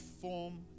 form